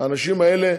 האנשים האלה,